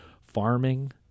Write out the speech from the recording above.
farming